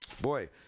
Boy